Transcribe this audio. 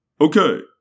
Okay